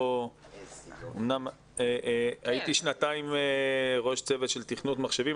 אמנם הייתי שנתיים ראש צוות תכנות מחשבים,